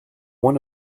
one